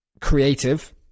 creative